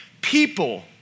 people